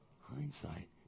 Hindsight